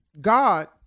God